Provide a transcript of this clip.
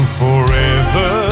forever